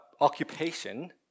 occupation